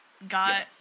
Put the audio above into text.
Got